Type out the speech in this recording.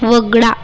वगळा